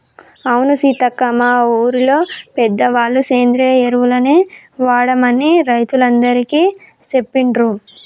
అవును సీతక్క మా ఊరిలో పెద్దవాళ్ళ సేంద్రియ ఎరువులనే వాడమని రైతులందికీ సెప్పిండ్రు